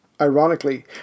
Ironically